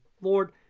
Lord